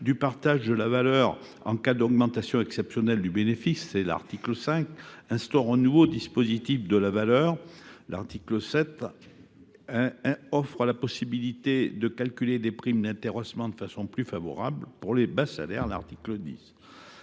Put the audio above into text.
au partage de la valeur en cas d’augmentation exceptionnelle du bénéfice. L’article 7 instaure un nouveau dispositif de partage. L’article 10 offre la possibilité de calculer des primes d’intéressement de façon plus favorable pour les bas salaires. Le texte